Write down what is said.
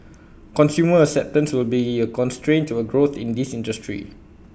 consumer acceptance will be A constraint to A growth in this industry